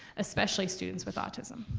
especially students with autism.